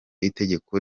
itegeko